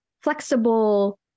flexible